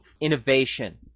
innovation